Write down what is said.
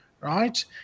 right